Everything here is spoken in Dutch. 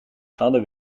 gladde